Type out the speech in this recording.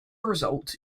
result